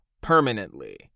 permanently